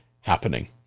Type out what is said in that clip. happening